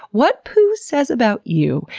what poo says about you,